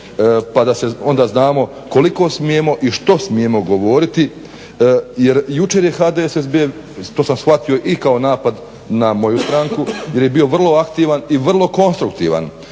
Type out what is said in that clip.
pa da se onda znamo koliko smijemo i što smijemo govoriti jer jučer je HDSSB, to sam shvatio i kao napad na moju stranku jer je bio vrlo aktivan i vrlo konstruktivan.